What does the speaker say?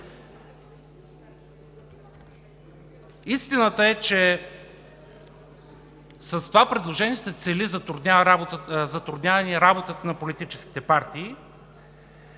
Истината е, че с това предложение се цели затрудняване работата на политическите партии